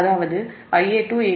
அதாவது Ia2 β β2 Ib பின்னர் Ia1